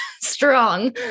strong